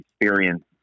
experience